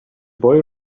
boy